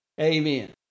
Amen